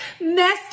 messed